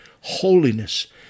Holiness